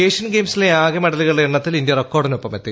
Asian ഗെയിംസിലെ ആകെ മെഡലുകളുടെ എണ്ണത്തിൽ ഇന്ത്യ റെക്കോഡിനൊപ്പമെത്തി